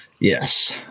Yes